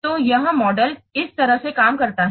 तो यह मॉडल इस तरह से काम करता है